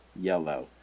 yellow